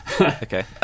Okay